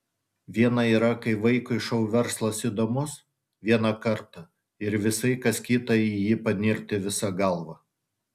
viena yra kai vaikui šou verslas įdomus vieną kartą ir visai kas kita į jį panirti visa galva